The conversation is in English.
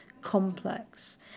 complex